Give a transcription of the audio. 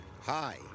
Hi